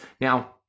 now